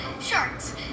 Sharks